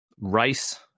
Rice